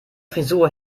frisur